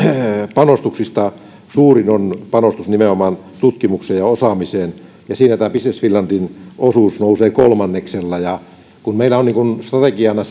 panostuksista suurin on panostus nimenomaan tutkimukseen ja osaamiseen ja siinä business finlandin osuus nousee kolmanneksella ja kun meillä on strategiana